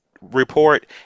report